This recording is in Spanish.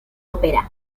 ópera